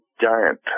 giant